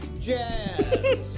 jazz